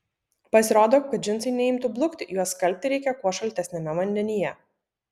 pasirodo kad džinsai neimtų blukti juos skalbti reikia kuo šaltesniame vandenyje